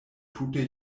tute